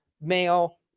male